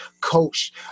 coach –